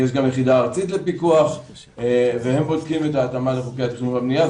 יש גם יחידה ארצית לפיקוח והם בודקים את ההתאמה לחוקי התכנון והבנייה.